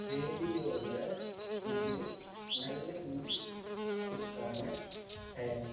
ரேடியோவில் இது நல்ல மியூசிக்கிற்கான டைம்